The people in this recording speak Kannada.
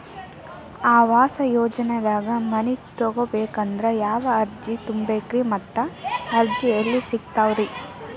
ಆವಾಸ ಯೋಜನೆದಾಗ ಮನಿ ತೊಗೋಬೇಕಂದ್ರ ಯಾವ ಅರ್ಜಿ ತುಂಬೇಕ್ರಿ ಮತ್ತ ಅರ್ಜಿ ಎಲ್ಲಿ ಸಿಗತಾವ್ರಿ?